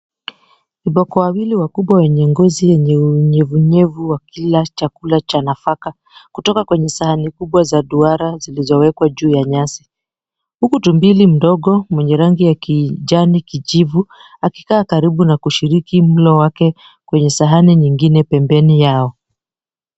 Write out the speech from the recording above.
Viboko wawili wakubwa wenye ngozi ya unyevunyevu, wakila chakula cha nafaka kutoka kwenye sahani kubwa za duara zilizowekwa juu ya nyasi. Huku tumbili mdogo wenye rangi ya kijani kijivu akikaa karibu na kushiriki mlo wake kwenye sahani nyingine pembeni yao.